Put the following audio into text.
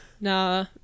Nah